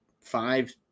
five